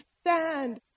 stand